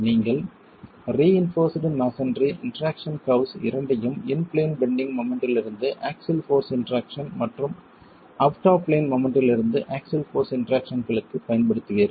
நீங்கள் reinforced masonry interaction curves இரண்டையும் in plane bending மொமெண்ட்டிலிருந்து ஆக்ஸில் போர்ஸ் இன்டெராக்சன் மற்றும் அவுட் ஆப் பிளேன் மொமெண்ட்டிலிருந்து ஆக்ஸில் போர்ஸ் இன்டெராக்சன்களுக்குப் பயன்படுத்துவீர்கள்